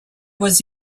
was